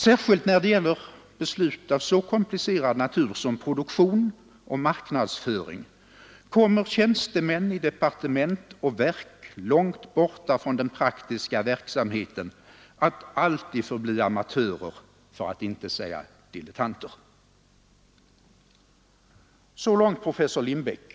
——— Särskilt när det gäller beslut av så komplicerad natur Å sg Be EA Torsdagen den som produktion och marknadsföring kommer tjänstemän i departement 24 maj 1973 och verk, långt borta från den praktiska verksamheten, att alltid förbliva J amatörer för att inte säga dilettanter.” Så långt professor Lindbeck.